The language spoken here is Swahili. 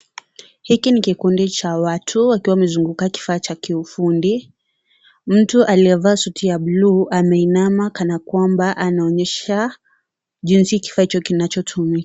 Hiki ni kikundi cha watu wakiwa wamezunguka kifaa cha kiufundi. Mtu aliyevaa suti ya buluu anainama kana kwamba anaonyesha jinsi kifaa hicho kinachotumika.